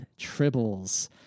Tribbles